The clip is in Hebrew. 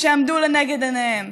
שעמדו לנגד עיניהם,